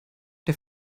der